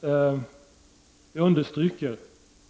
Jag understryker